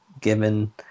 given